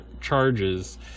charges